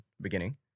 beginning